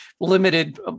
Limited